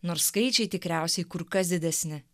nors skaičiai tikriausiai kur kas didesni